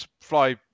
fly